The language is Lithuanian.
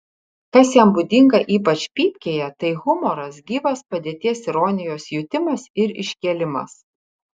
kas jam būdinga ypač pypkėje tai humoras gyvas padėties ironijos jutimas ir iškėlimas